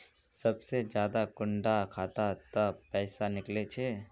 सबसे ज्यादा कुंडा खाता त पैसा निकले छे?